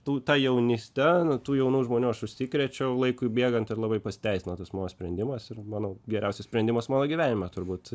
tų ta jaunyste tų jaunų žmonių aš užsikrėčiau laikui bėgant ir labai pasiteisino tas mano sprendimas ir manau geriausias sprendimas mano gyvenime turbūt